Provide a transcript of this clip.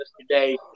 today